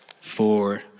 four